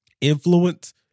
influence